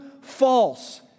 false